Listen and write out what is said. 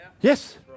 Yes